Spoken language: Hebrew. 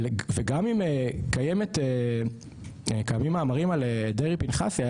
וגם אם קיימים מאמרים על דרעי פנחסי,